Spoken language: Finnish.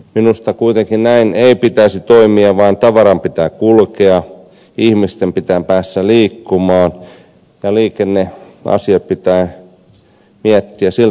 minusta kuitenkaan näin ei pitäisi toimia vaan tavaran pitää kulkea ihmisten pitää päästä liikkumaan ja liikenneasiat pitää miettiä siltä pohjalta